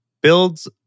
builds